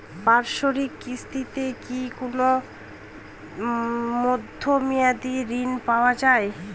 বাৎসরিক কিস্তিতে কি কোন মধ্যমেয়াদি ঋণ পাওয়া যায়?